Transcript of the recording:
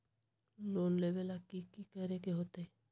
Loan लेबे ला की कि करे के होतई?